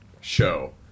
show